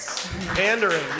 Pandering